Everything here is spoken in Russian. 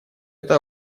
это